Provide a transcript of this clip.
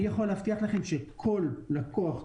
אני יכול להבטיח לכם שכל לקוח,